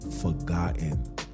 forgotten